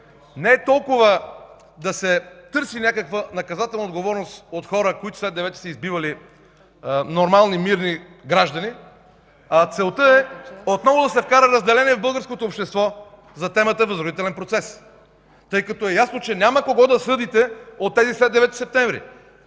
не е толкова да се търси някаква наказателна отговорност от хора, които след 9-и са избивали нормални, мирни граждани, а целта е отново да се вкара разделение в българското общество по темата „възродителен процес”, тъй като е ясно, че няма кого да съдите от тези след 9 септември!